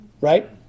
right